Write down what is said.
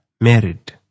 married